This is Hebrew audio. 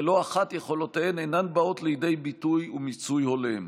ולא אחת יכולותיהן אינן באות לידי ביטוי ומיצוי הולם.